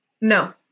No